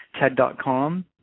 TED.com